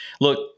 Look